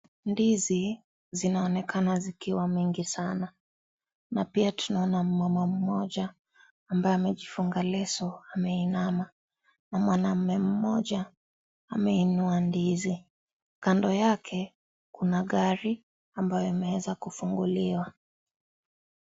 Ndizi zinaonekana zikiwa mengi sana na pia tunaona mama mmoja ambaye amejifunga leso, ameinama na mwanaume mmoja ameinua ndizi. Kando yake, kuna gari ambayo imeweza kufunguliwa.